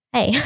Hey